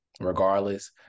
regardless